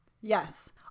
Yes